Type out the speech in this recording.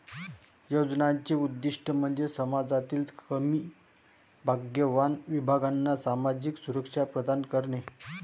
योजनांचे उद्दीष्ट म्हणजे समाजातील कमी भाग्यवान विभागांना सामाजिक सुरक्षा प्रदान करणे